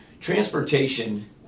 Transportation